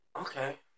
Okay